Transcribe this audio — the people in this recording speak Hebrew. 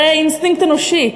זה אינסטינקט אנושי,